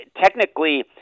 technically